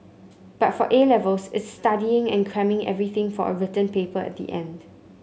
but for A Levels it's studying and cramming everything for a written paper at the end